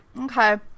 Okay